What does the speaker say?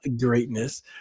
greatness